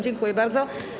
Dziękuję bardzo.